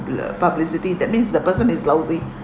bad publicity that means the person is lousy